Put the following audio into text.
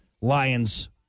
Lions